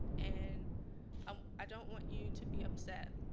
and um i don't want you to be upset.